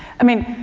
i mean,